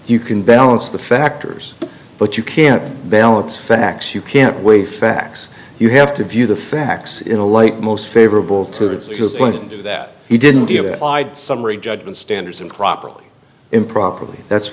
you can balance the factors but you can't balance facts you can't wait facts you have to view the facts in the light most favorable to the playing to that he didn't do it i'd summary judgement standards improperly improperly that's